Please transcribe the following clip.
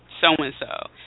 so-and-so